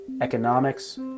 economics